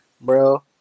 Bro